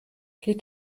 geht